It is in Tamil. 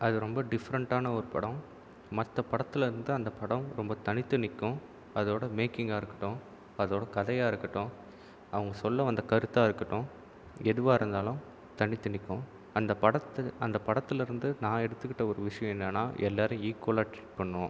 அது ரொம்ப டிஃப்ரண்ட்டான ஒரு படம் மற்ற படத்துலேருந்து அந்த படம் ரொம்ப தனித்து நிற்கும் அதோடய மேக்கிங்காக இருக்கட்டும் அதோடய கதையாக இருக்கட்டும் அவங்க சொல்ல வந்த கருத்தாக இருக்கட்டும் எதுவாக இருந்தாலும் தனித்து நிற்கும் அந்த படத்துல அந்த படத்துலேருந்து நான் எடுத்துக்கிட்ட ஒரு விஷயம் என்னென்னா எல்லோரையும் ஈக்குவலாக ட்ரீட் பண்ணும்